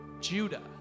Judah